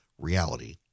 reality